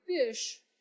fish